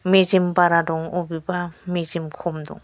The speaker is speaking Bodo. मेजेम बारा दं अबेबा मेजेम खम दं